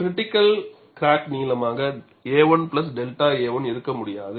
critical crack நீளமாக a1 𝛅a1 இருக்க முடியாது